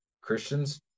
Christians